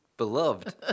beloved